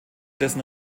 dessen